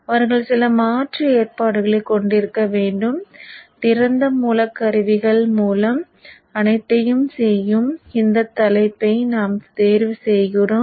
அவர்கள் சில மாற்று ஏற்பாடுகளை கொண்டிருக்க வேண்டும் திறந்த மூலக் கருவிகள் மூலம் அனைத்தையும் செய்யும் இந்த தலைப்பை நாம் தேர்வு செய்கிறோம்